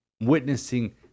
Witnessing